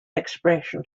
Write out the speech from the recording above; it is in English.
expression